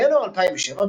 בינואר 2007,